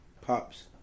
Pop's